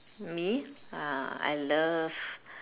me uh I love